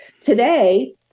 Today